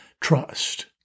trust